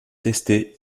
tester